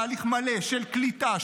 להליך מלא של קליטה,